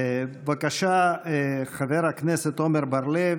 בבקשה, חבר הכנסת עמר בר לב.